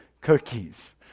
cookies